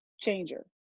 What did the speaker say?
changer